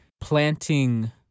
Planting